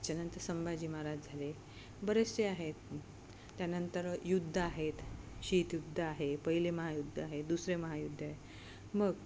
त्याच्यानंतर संभाजी महाराज झाले बरेचसे आहेत त्यानंतर युद्ध आहेत शीतयुद्ध आहे पहिले महायुद्ध आहे दुसरे महायुद्ध आहे मग